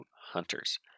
Hunters